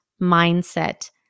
mindset